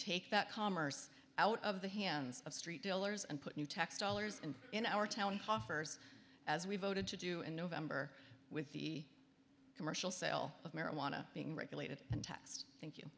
take that commerce out of the hands of street dealers and put new tax dollars in our town coffers as we voted to do in november with the commercial sale of marijuana being regulated